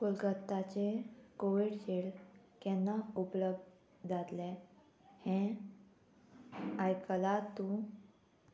कोलकत्ताचें Covishield केन्ना उपलब्ध जातलें हें आयकलां तूं